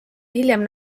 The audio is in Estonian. hiljem